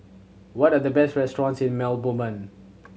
what are the best restaurants in Belmopan